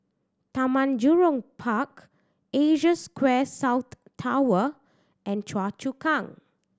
Taman Jurong Park Asia Square South Tower and Choa Chu Kang